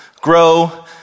grow